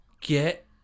Get